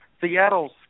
Seattle's